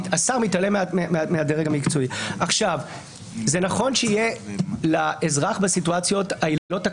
זה נכון שתהיה לאזרח בסיטואציות העילות הקלאסיות,